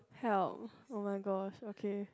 help oh-my-gosh okay